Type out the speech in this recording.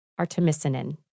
Artemisinin